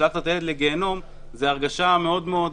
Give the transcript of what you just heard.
לשלוח את הילד לגיהינום שהם ישנים אתה כל יום.